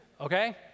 okay